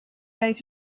ate